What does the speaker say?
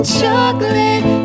chocolate